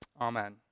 Amen